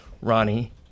Ronnie